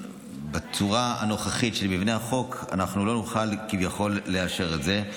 בצורה הנוכחית של מבנה החוק אנחנו לא נוכל כביכול לאשר את זה.